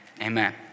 Amen